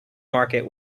market